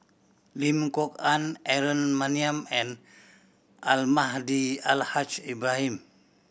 Lim Kok Ann Aaron Maniam and Almahdi Al Haj Ibrahim